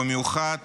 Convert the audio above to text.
במיוחד